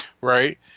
right